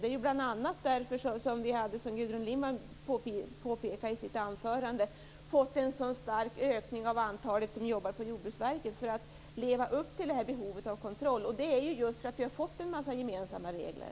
Det är bl.a. därför, vilket Gudrun Lindvall påpekade i sitt anförande, vi har fått en så stark ökning av antalet personer som jobbar på Jordbruksverket. Det är för att leva upp till det här behovet av kontroll, och det beror just på att vi har fått en massa gemensamma regler.